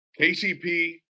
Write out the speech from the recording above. KCP